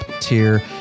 tier